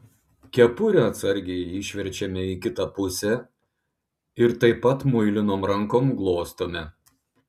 kepurę atsargiai išverčiame į kitą pusę ir taip pat muilinom rankom glostome